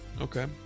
Okay